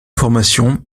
formation